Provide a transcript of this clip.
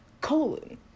Colon